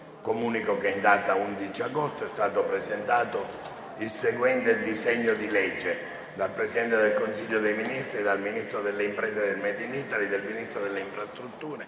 Comunico che in data 11 agosto 2023 è stato presentato il seguente disegno di legge: *dal Presidente del Consiglio dei ministri, dal Ministro delle imprese e del made in Italy*, *dal Ministro delle infrastrutture